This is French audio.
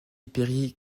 perry